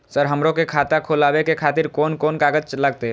Sir हमरो के खाता खोलावे के खातिर कोन कोन कागज लागते?